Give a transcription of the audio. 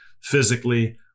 physically